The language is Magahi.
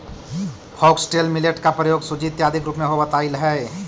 फॉक्सटेल मिलेट का प्रयोग सूजी इत्यादि के रूप में होवत आईल हई